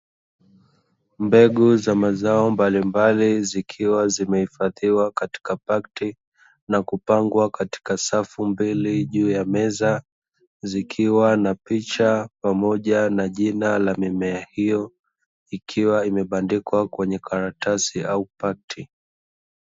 Mbegu za mazao mbalimbali zikiwa zimehifadhiwa katika pakti na kupangwa katika safu mbili juu ya meza, zikiwa na picha pamoja na jina la mimea hiyo, ikiwa imebandikwa kwenye karatasi au pakti.